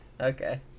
Okay